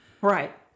Right